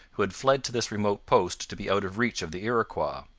who had fled to this remote post to be out of reach of the iroquois.